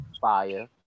Fire